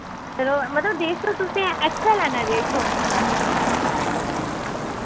चलो मतलब डेढ़ सौ तुसैं एक्स्ट्रा लैना डेढ़ सौ